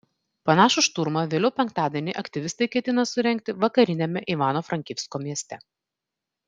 panašų šturmą vėliau penktadienį aktyvistai ketina surengti vakariniame ivano frankivsko mieste